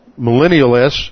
millennialists